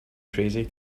crazy